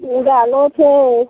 दालो छै